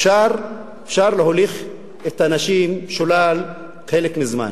אפשר להוליך את האנשים שולל חלק מהזמן